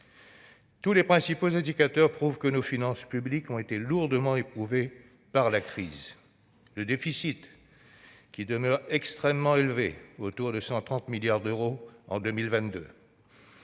Tous les principaux indicateurs prouvent que nos finances publiques ont été lourdement éprouvées par la crise. Notre déficit demeure extrêmement élevé, autour de 130 milliards d'euros en 2022,